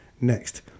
Next